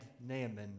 Naaman